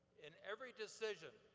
in every decision,